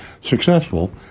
successful